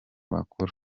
bakuru